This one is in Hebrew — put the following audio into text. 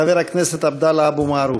חבר הכנסת עבדאללה אבו מערוף.